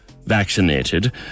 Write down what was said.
vaccinated